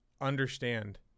understand